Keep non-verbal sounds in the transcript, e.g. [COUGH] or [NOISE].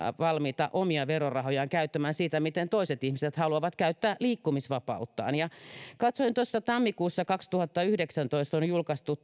valmiita omia verorahojaan käyttämään siihen että toiset ihmiset haluavat käyttää liikkumisvapauttaan katsoin tuossa että tammikuussa kaksituhattayhdeksäntoista on julkaistu [UNINTELLIGIBLE]